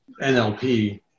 NLP